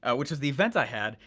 ah which is the event i had.